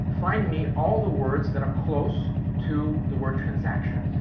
find me all the words that are close to the word transaction.